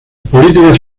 políticas